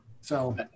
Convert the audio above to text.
So-